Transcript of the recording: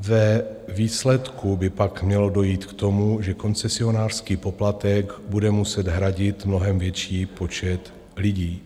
Ve výsledku by pak mělo dojít k tomu, že koncesionářský poplatek bude muset hradit mnohem větší počet lidí.